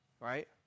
Right